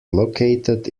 located